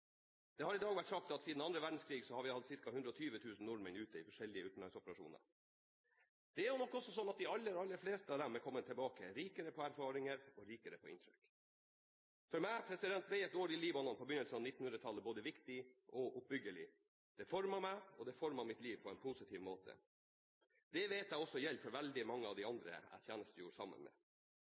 Det har i dag vært sagt at siden den andre verdenskrigen har vi hatt ca. 120 000 nordmenn ute i forskjellige utenlandsoperasjoner. De aller, aller fleste av dem har kommet tilbake rikere på erfaringer og inntrykk. For meg ble et år i Libanon på begynnelsen av 1990-tallet både viktig og oppbyggelig. Det formet meg og mitt liv på en positiv måte. Det vet jeg at også gjelder for veldig mange av de andre jeg tjenestegjorde sammen med.